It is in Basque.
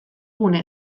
gune